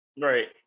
Right